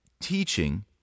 teaching